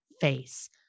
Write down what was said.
face